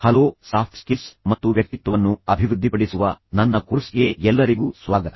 hello soft skills ಮತ್ತು ವ್ಯಕ್ತಿತ್ವವನ್ನು ಅಭಿವೃದ್ಧಿಪಡಿಸುವ ನನ್ನ ಕೋರ್ಸ್ಗೆ ಎಲ್ಲರಿಗೂ ಸ್ವಾಗತ